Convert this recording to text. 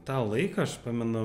tą laiką aš pamenu